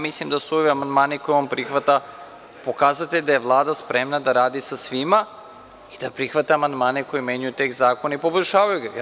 Mislim da su ovi amandmani koje on prihvata pokazatelj da je Vlada spremna da radi sa svima i da prihvata amandmane koji menjaju tekst zakona i poboljšavaju ga.